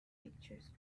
pictures